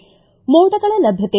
ಿ ಮೋಡಗಳ ಲಭ್ಣತೆ